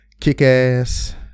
Kick-Ass